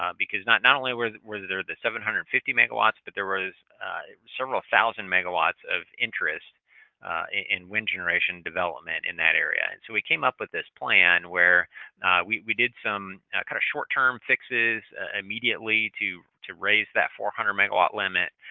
um because not not only were were there the seven hundred and fifty megawatts but there was several thousand megawatts of interest in wind generation development in that area. and so, we came up with this plan where we we did some kind of short-term fixes immediately to to raise that four hundred megawatt limit,